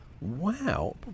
Wow